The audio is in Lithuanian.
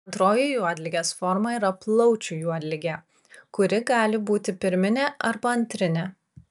antroji juodligės forma yra plaučių juodligė kuri gali būti pirminė arba antrinė